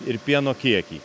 ir pieno kiekį